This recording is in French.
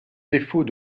défaut